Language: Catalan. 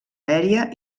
aèria